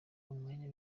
umwanya